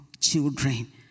children